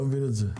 לא מבין את זה.